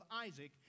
Isaac